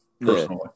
personally